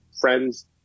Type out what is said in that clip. friends